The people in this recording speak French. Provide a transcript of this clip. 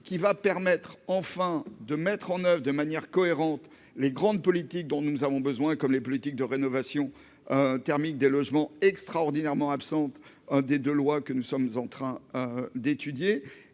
qui permettra enfin de mettre en oeuvre de manière cohérente les grandes politiques dont nous avons besoin, comme les politiques de rénovation thermique des logements, extraordinairement absentes des deux derniers textes de loi que